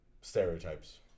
stereotypes